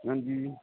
ਹਾਂਜੀ